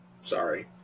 sorry